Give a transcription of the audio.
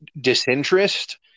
disinterest